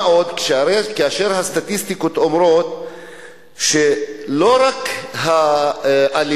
מה עוד שהסטטיסטיקות אומרות שלא רק האלימות,